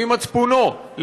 לפי מצפונו,